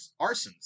arsons